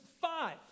five